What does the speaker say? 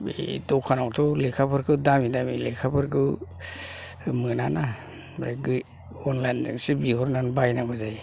बे दखानआवथ' लेखाफोरखौ दामि दामि लेखाफोरखौ मोना ना ओमफ्राय गो अनलाइनजोंसो बिहरनानै बायनांगौ जायो